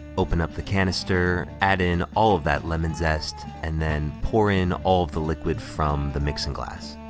open up the canister, add in all of that lemon zest, and then pour in all the liquid from the mixing glass.